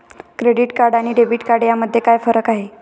Credit card आणि debit card यामध्ये काय फरक आहे?